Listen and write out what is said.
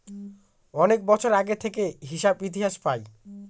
অনেক বছর আগে থেকে হিসাব ইতিহাস পায়